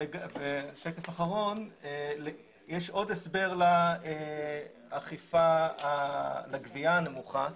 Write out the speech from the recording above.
יש עוד הסבר לגבייה הנמוכה,